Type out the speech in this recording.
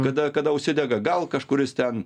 kada kada užsidega gal kažkuris ten